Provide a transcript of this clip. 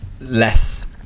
less